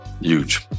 huge